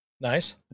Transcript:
Nice